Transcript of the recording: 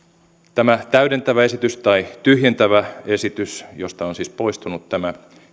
tämä täydentävä esitys tai tyhjentävä esitys josta on siis poistunut tämä